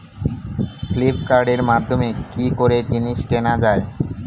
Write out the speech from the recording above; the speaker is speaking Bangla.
ফ্লিপকার্টের মাধ্যমে কি করে জিনিস কেনা যায়?